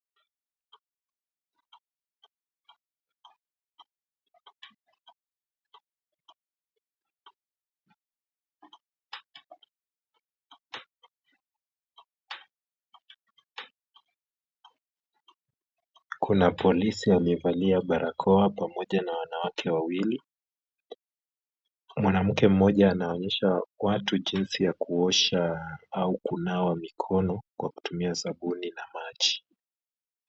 Kuna polisi aliyevalia barakoa pamoja na wanawake wawili. Mwanamke mmoja anaonyesha watu jinsi ya kuosha au kunawa mikono kwa kutumia sabuni na maji.